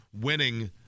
winning